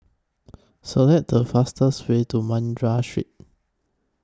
Select The fastest Way to Madras Street